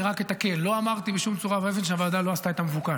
אני רק אתקן: לא אמרתי בשום צורה ואופן שהוועדה לא עשתה את המבוקש.